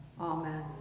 Amen